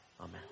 Amen